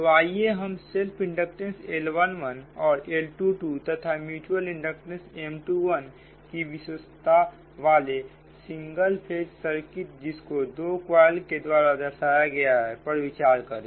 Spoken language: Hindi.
तो आइए हम सेल्फ इंडक्टेंस L11 और L22 तथा म्युचुअल इंडक्टेंस M21 की विशेषता वाले सिंगल फेज सर्किट जिसको दो क्वायल के द्वारा दर्शाया गया है पर विचार करें